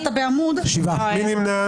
מי נמנע?